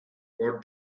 what